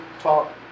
talk